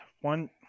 One